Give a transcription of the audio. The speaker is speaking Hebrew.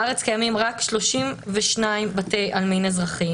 בארץ קיימים רק 32 בתי עלמין אזרחיים.